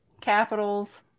capitals